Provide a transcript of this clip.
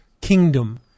kingdom